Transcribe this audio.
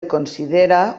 considera